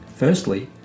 Firstly